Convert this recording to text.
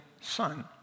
son